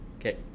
Okay